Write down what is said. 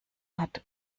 hat